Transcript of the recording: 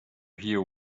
hear